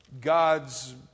God's